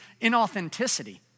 inauthenticity